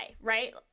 right